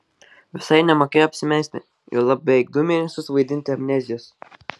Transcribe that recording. visai nemokėjo apsimesti juolab beveik du mėnesius vaidinti amnezijos